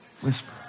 whisper